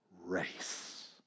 race